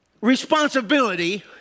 responsibility